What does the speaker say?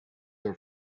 are